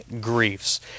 griefs